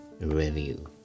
Review